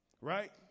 Right